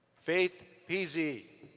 faith easy.